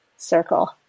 circle